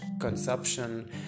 consumption